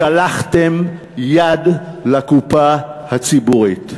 שלחתם יד לקופה הציבורית.